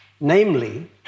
Namely